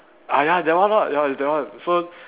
ah ya that one lah ya it's that one so